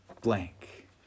blank